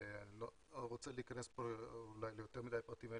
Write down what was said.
אני לא רוצה להיכנס פה ליותר מדי פרטים,